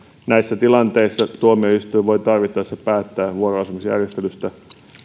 näissä tilanteissa tuomioistuin voi tarvittaessa päättää vuoroasumisjärjestelystä